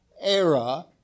era